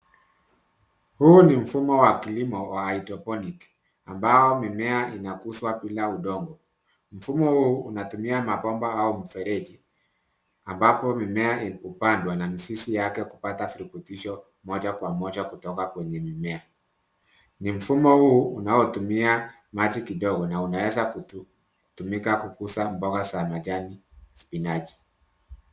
Huu ni mfumo wa kilimo wa haidroponiki ambao mimea inakuzwa bila udongo. Mfumo huu unatumia mabomba au mfereji, ambapo mimea hupandwa na mizizi yake kupata virutubisho moja kwa moja kutoka kwenye mimea. Ni mfumo huu unaotumia maji kidogo na unaweza kutumika kukuza mboga za majani na spinachi.